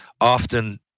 often